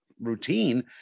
routine